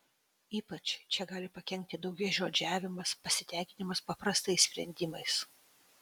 ypač čia gali pakenkti daugiažodžiavimas pasitenkinimas paprastais sprendimais